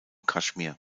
kaschmir